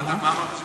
מה אמרת שפיצלת?